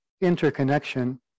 interconnection